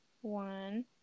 One